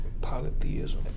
Polytheism